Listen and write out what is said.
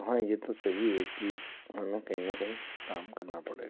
हाँ ये तो सही है कि हमें कहीं न कहीं काम करना पड़ेगा